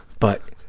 but,